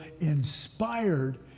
inspired